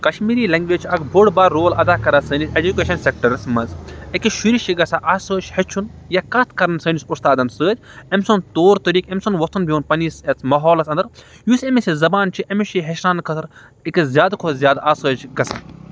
Kashmiri language چھِ اَکھ بوٚڈ بار رول اَدا کَران سٲنِس ایجکیشَن سیکٹَرَس منٛز أکِس شُرِس چھِ گژھان آسٲیِش ہیٚچھُن یا کَتھ کَرٕنۍ سٲنِس اُستادَن سۭتۍ أمۍ سُنٛد طور طٔریٖقہٕ أمۍ سُنٛد وۄتھُن بِہُن پنٛنِس یَتھ ماحولَس اندر یُس أمِس یہِ زبان چھِ أمِس چھِ یہِ ہیٚچھناونہٕ خٲطر أکِس زیادٕ کھۄتہٕ زیادٕ آسٲیِش گژھان